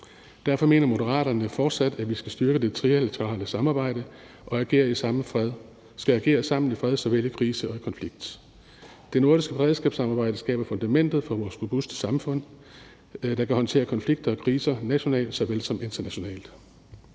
Derfor mener Moderaterne fortsat, at vi skal styrke det trilaterale samarbejde og agere sammen i fred såvel som i kriser og konflikt. Det nordiske beredskabssamarbejde skaber fundamentet for vores robuste samfund, der kan håndtere konflikter og kriser nationalt såvel som internationalt.